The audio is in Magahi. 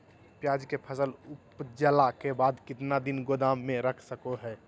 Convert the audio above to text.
प्याज के फसल उपजला के बाद कितना दिन गोदाम में रख सको हय?